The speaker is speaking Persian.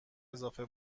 اضافه